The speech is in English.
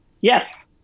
Yes